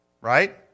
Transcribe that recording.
right